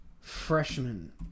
Freshman